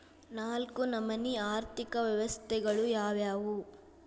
ನಾಲ್ಕು ನಮನಿ ಆರ್ಥಿಕ ವ್ಯವಸ್ಥೆಗಳು ಯಾವ್ಯಾವು?